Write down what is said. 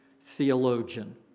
theologian